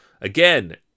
Again